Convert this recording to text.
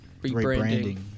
Rebranding